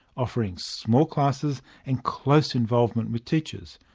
offering small classes and close involvement with teachers.